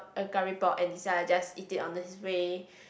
a curry pok and decided to just eat it on his way